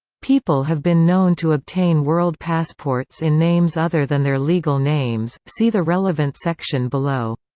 people have been known to obtain world passports in names other than their legal names see the relevant section below.